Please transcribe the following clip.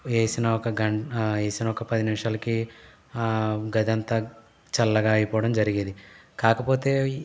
ఏసినా ఒక గం ఏసిన ఒక పది నిమిషాలకి గదంతా చల్లగా అయిపోవడం జరిగేది కాకపోతే